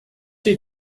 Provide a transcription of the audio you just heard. she